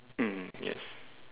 mm yes